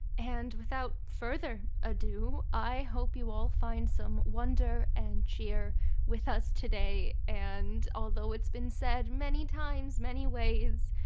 and without further ado, i hope you all find some wonder and cheer with us today, and although it's been said many times, many ways,